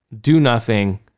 do-nothing